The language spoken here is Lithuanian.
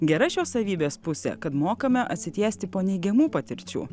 gera šios savybės pusė kad mokame atsitiesti po neigiamų patirčių